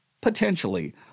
Potentially